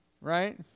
Right